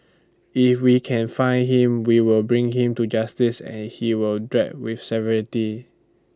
if we can find him we will bring him to justice and he will dry with severity